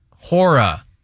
Hora